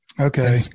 Okay